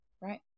right